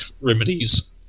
remedies